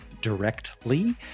directly